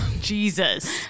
Jesus